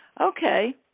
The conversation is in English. okay